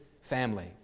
family